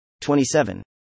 27